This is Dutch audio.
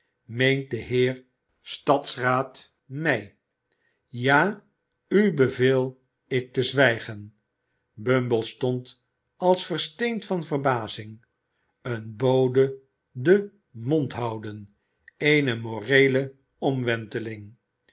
meent de heer stadsraad mij ja u beveel ik te zwijgen bumble stond als versteend van verbazing een bode den mond houden eene moreele omwenteling